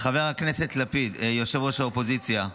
חבר הכנסת לפיד, ראש האופוזיציה,